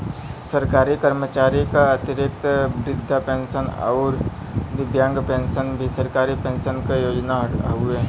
सरकारी कर्मचारी क अतिरिक्त वृद्धा पेंशन आउर दिव्यांग पेंशन भी सरकारी पेंशन क योजना हउवे